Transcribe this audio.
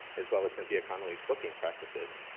as well as cynthia connelly's booking practices.